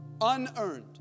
unearned